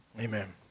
Amen